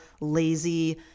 lazy